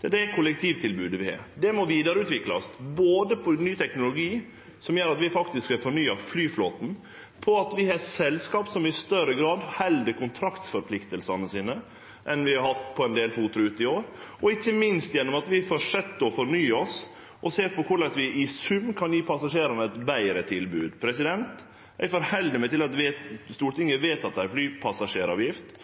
Det er det kollektivtilbodet vi har. Det må utviklast vidare, både gjennom ny teknologi, som gjer at vi har fornya flyflåten, gjennom at vi har selskap som held kontraktforpliktingane sine i større grad enn det vi har hatt på ein del FOT-ruter i år, og ikkje minst gjennom at vi held fram med å fornye oss, og ser på korleis vi i sum kan gje passasjerane eit betre tilbod. Stortinget har vedteke ei flypassasjeravgift.